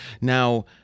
now